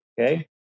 Okay